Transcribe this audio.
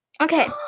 Okay